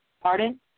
Pardon